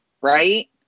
Right